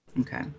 Okay